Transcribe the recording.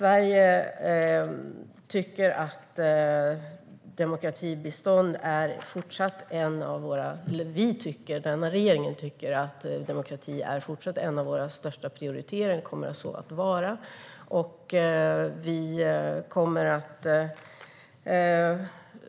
Regeringen tycker att demokratibistånd är en av våra största prioriteringar och kommer så att vara. Vi